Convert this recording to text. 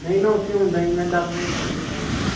ਨਹੀਂ ਮੈਂ ਉੱਥੇ ਹੁੰਦਾ ਜੀ ਮੈਂ ਦਸ ਵਜੇ ਪਹੁੰਚ ਜਾਂਦਾ ਜੀ ਉੱਥੇ